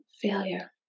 failure